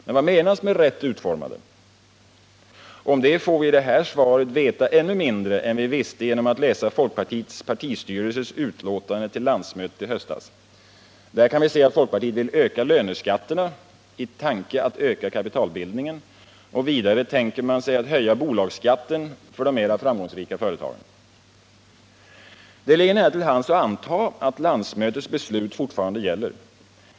Men vad menas med ”rätt utformade”? Om det får vi i det här svaret veta ännu mindre än vi visste genom att ha läst folkpartiets partistyrelses utlåtande till landsmötet i höstas. Där kan vi se att folkpartiet vill öka löneskatterna i tanke att öka kapitalbildningen. Vidare tänker man sig att höja bolagsskatten för de mera framgångsrika företagen. Det ligger nära till hands att anta att landsmötets beslut fortfarande gäller.